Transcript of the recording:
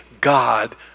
God